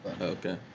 Okay